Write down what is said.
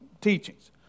teachings